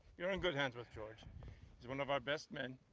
you're in good hands with george is one of our best men.